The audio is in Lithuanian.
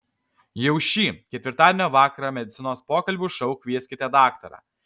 jau šį ketvirtadienio vakarą medicinos pokalbių šou kvieskite daktarą